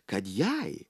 kad jai